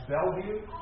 Bellevue